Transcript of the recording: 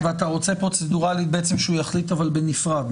ואתה בעצם רוצה פרוצדורלית שהוא יחליט בנפרד.